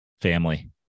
family